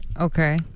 Okay